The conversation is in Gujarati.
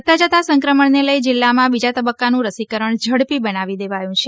વધતા જતા સંક્રમણને લઇ જિલ્લામાં બીજા તબક્કાનું રસીકરણ ઝડપી બનાવી દેવાયું છે